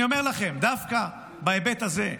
אני אומר לכם, דווקא בהיבט הזה,